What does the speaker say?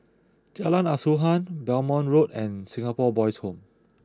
Jalan Asuhan Belmont Road and Singapore Boys' Home